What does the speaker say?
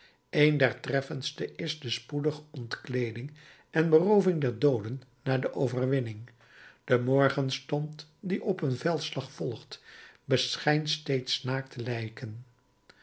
een der treffendste is de spoedige ontkleeding en berooving der dooden na de overwinning de morgenstond die op een veldslag volgt beschijnt steeds naakte lijken